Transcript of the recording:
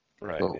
right